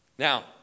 Now